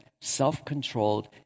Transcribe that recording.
self-controlled